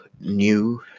new